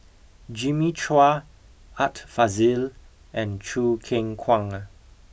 Jimmy Chua Art Fazil and Choo Keng Kwang